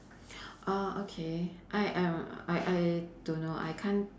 oh okay I I uh I I don't know I can't